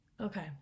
okay